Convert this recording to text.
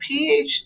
PhD